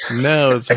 No